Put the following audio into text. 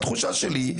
התחושה שלי,